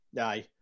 Aye